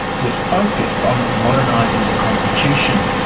was focused on modernising the constitution.